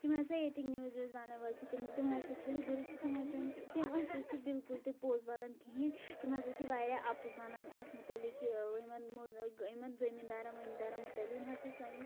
یِم ہسا ییٚتِکۍ نِوٕز ووٕز وَنان وٲلۍ چھِ تِم تِم ہَسا چھِنہٕ بلکل تِم ہسا نہٕ تِم ہسا چھِ بلکل تہِ پوٚز وَنان کِہیٖنۍ تِم ہسا چھِ واریاہ اَپُز وَنان اَتھ متعلق ٲں یِمن ٲں یِمن زٔمیٖندارَن ؤمیٖندارَن متعلق یِم ہسا سٲنِس